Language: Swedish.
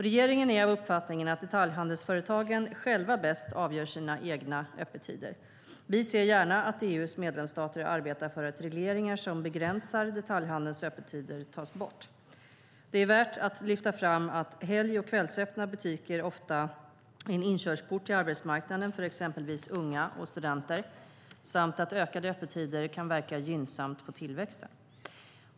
Regeringen är av uppfattningen att detaljhandelsföretagen själva bäst avgör sina egna öppettider. Vi ser gärna att EU:s medlemsstater arbetar för att regleringar som begränsar detaljhandelns öppettider tas bort. Det är värt att lyfta fram att helg och kvällsöppna butiker ofta är en inkörsport till arbetsmarknaden för exempelvis unga och studenter samt att ökade öppettider kan verka gynnsamt på tillväxten.